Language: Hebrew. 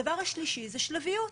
הדבר השלישי הוא שלביות.